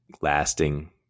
lasting